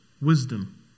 wisdom